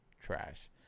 trash